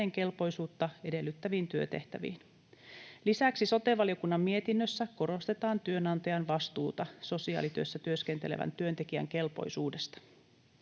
hänen kelpoisuuttaan edellyttäviin työtehtäviin. Lisäksi sote-valiokunnan mietinnössä korostetaan työnantajan vastuuta sosiaalityössä työskentelevän työntekijän kelpoisuudesta.